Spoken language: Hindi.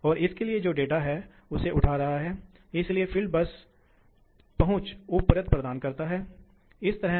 और बस आपको पता है कि बिंदु चलाएं